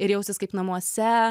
ir jaustis kaip namuose